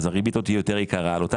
הריבית לא תהיה יותר יקרה על אותה